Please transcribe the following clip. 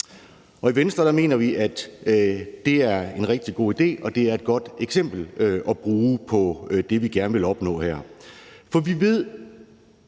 i Venstre mener vi, at det er en rigtig god idé, og at det er et godt eksempel at bruge på det, vi gerne vil opnå her.